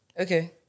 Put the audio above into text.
okay